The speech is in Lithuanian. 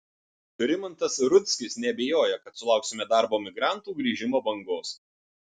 rimantas rudzkis neabejoja kad sulauksime darbo migrantų grįžimo bangos